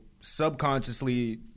subconsciously